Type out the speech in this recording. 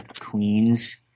Queens